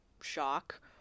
shock